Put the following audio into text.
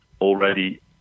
already